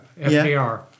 FDR